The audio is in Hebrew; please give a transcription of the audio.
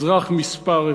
אזרח מספר אחת,